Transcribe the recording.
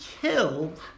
killed